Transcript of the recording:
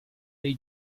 dei